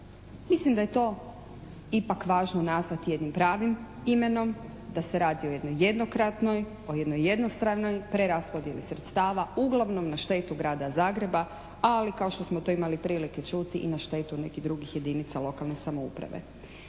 Mislim da je to ipak važno nazvati jednim pravim imenom, da se radi o jednoj jednokratnoj, o jednoj jednostranoj preraspodjeli sredstava, uglavnom na štetu Grada Zagreba, ali kao što smo to imali prilike čuti i na štetu nekih drugih jedinica lokalne samouprave.